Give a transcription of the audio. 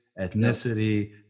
ethnicity